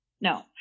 No